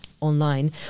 online